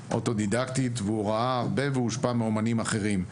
אוטודידקטית והוא ראה הרבה והוא הושפע מאמנים אחרים,